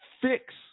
fix